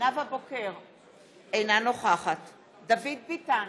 אינה נוכחת דוד ביטן,